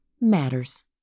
matters